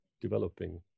developing